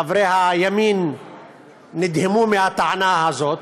חברי הימין נדהמו מהטענה הזאת,